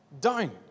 down